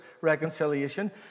reconciliation